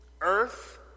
earth